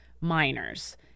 minors